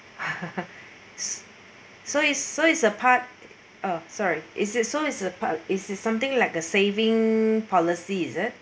so is so is a part uh sorry is it so is a part is it something like a saving policy it